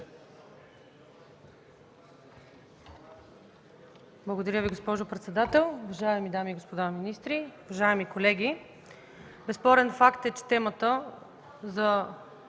Благодаря Ви, уважаема госпожо председател. Уважаеми дами и господа министри, уважаеми колеги! Безспорен факт е, че темата за